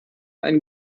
ein